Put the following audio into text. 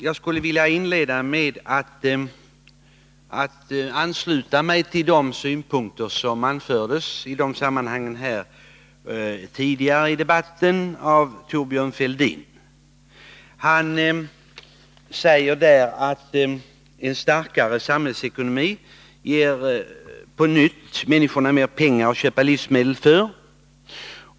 Jag skulle vilja inleda med att ansluta mig till de synpunkter som i det sammanhanget anfördes av Thorbjörn Fälldin tidigare i debatten. Han sade att en starkare samhällsekonomi på nytt skulle ge människorna mer pengar att köpa livsmedel för.